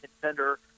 contender